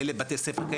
כאלה בתי ספר.